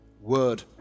Word